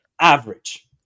average